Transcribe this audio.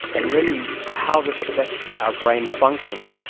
and really how this affects our brain function,